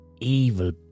evil